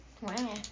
Wow